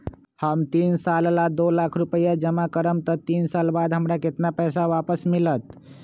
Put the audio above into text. हम तीन साल ला दो लाख रूपैया जमा करम त तीन साल बाद हमरा केतना पैसा वापस मिलत?